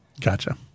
Gotcha